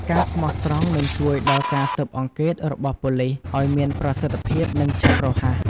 ការស្មោះត្រង់នឹងជួយដល់ការស៊ើបអង្កេតរបស់ប៉ូលិសឲ្យមានប្រសិទ្ធភាព និងឆាប់រហ័ស។